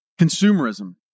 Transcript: consumerism